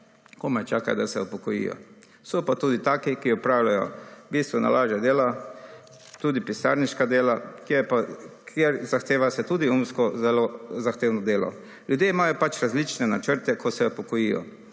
komaj čakajo, da se upokojijo, so pa tudi taki, ki opravljajo bistveno lažja dela tudi pisarniška dela, kjer se zahteva tudi umsko zelo zahtevno delo. Ljudje imajo različne načrte, ko se upokojijo,